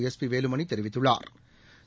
S P Velumani தெரிவித்துள்ளாா்